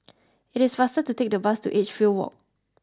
it is faster to take the bus to Edgefield Walk